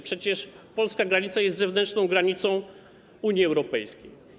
Przecież polska granica jest zewnętrzną granicą Unii Europejskiej.